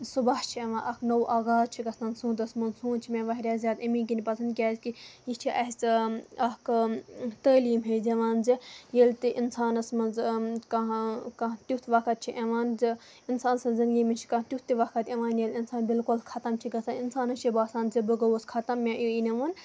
صُبح چھِ یِوان اکھ نوٚو آغاز چھُ گژھان سونتس منٛز سونٛت چھِ مےٚ واریاہ زیادٕ اَمی کِنۍ پَسند کیازِ کہِ یہِ چھِ اَسہِ اکھ تعلیٖم ہِش دِوان زِ ییٚلہِ تہِ اِنسانَس منٛز زِ کانہہ تِیُتھ وقت چھُ یِوان زِ اِنسان سٕنز زِندگی منٛز چھِ کانہہ تِیُتھ تہِ وقت یِوان ییٚلہِ اِنسان بِلکُل خَتم چھُ گژھان اِنسانَس چھِ باسان کہِ بہٕ گوٚوُس خَتم مےٚ یہِ نہٕ وَن